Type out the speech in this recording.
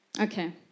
Okay